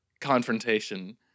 Confrontation